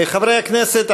חברי הכנסת,